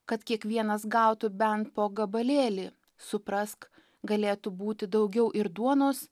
kad kiekvienas gautų bent po gabalėlį suprask galėtų būti daugiau ir duonos